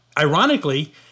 ironically